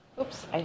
Oops